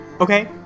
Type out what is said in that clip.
Okay